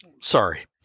Sorry